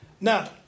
Now